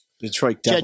Detroit